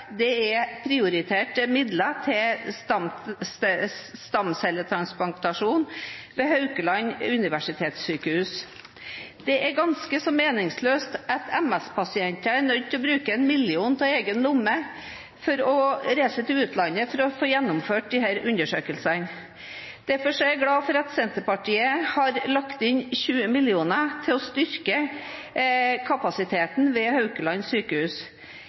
er prioriterte midler til stamcelletransplantasjon ved Haukeland universitetssykehus. Det er ganske så meningsløst at MS-pasienter er nødt til å bruke 1 mill. kr av egen lomme for å reise til utlandet for å få gjennomført slike undersøkelser. Derfor er jeg glad for at Senterpartiet har lagt inn 20 mill. kr for å styrke kapasiteten ved Haukeland